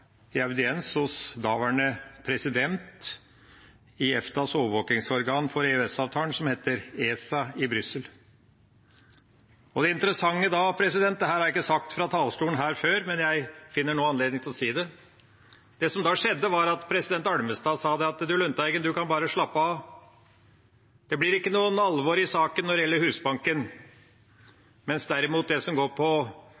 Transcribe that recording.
i audiens hos daværende president i EFTAs overvåkingsorgan for EØS-avtalen, som heter ESA, i Brussel. Det interessante som da skjedde – dette er ikke sagt fra talerstolen her før, men jeg finner nå anledning til å si det – var at president Almestad sa: Lundteigen, du kan bare slappe av, det blir ikke noe alvor i saken når det gjelder